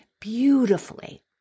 beautifully